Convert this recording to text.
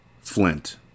Flint